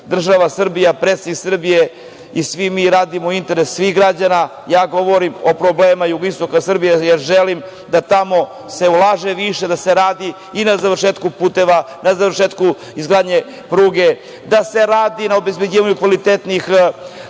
dalje. Država Srbija, predsednik države i svi mi radimo u interesu svih građana. Ja govorimo o problemu jugoistoka Srbije, jer želim da tamo se ulaže više, da se radi i na završetku puteva, na završetku izgradnje pruge, da se radi na obezbeđivanju kvalitetnih